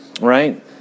right